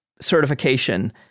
certification